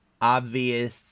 obvious